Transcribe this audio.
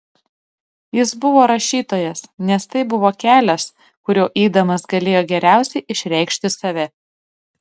jis buvo rašytojas nes tai buvo kelias kuriuo eidamas galėjo geriausiai išreikšti save